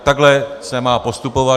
Takhle se má postupovat.